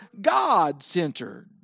God-centered